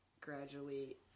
gradually